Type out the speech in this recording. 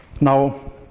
now